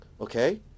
okay